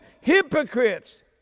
hypocrites